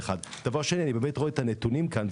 אני רואה את הנתונים כאן,